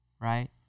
right